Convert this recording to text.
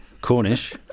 Cornish